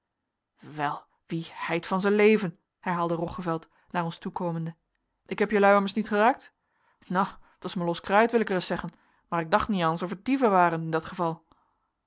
wel wie heit van zijn leven herhaalde roggeveld naar ons toekomende ik heb jelui ummers niet eraekt nou t was maer los kruit wil ik ereis zeggen maer ik dacht niet aêrs of het dieven waren in dat geval